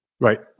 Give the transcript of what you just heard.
Right